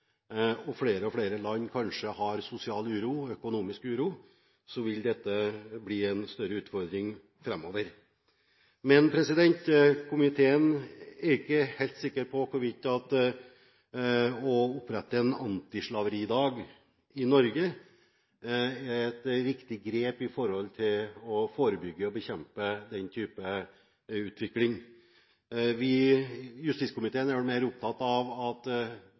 Og flere og flere land opplever sosial og økonomisk uro, så dette vil bli en større utfordring framover. Men komiteen er ikke helt sikker på hvorvidt det å opprette en antislaveridag i Norge er et riktig grep for å forebygge og bekjempe den type utvikling. Justiskomiteen har vært mer opptatt av at